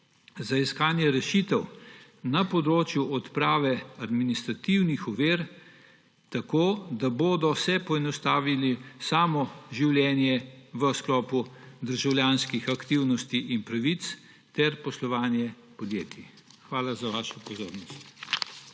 za iskanje rešitev na področju odprave administrativnih ovir, tako da se bo poenostavilo samo življenje v sklopu državljanskih aktivnosti in pravic ter poslovanje podjetij. Hvala za vašo pozornost.